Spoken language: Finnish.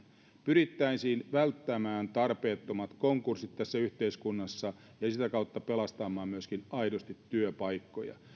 pyrittäisiin välttämään tarpeettomat konkurssit tässä yhteiskunnassa ja ja sitä kautta pelastamaan myöskin aidosti työpaikkoja